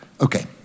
okay